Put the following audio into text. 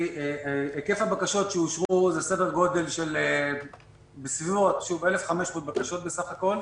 היקף הבקשות שאושרו הוא סדר גודל של 1,500 בקשות בסך הכול.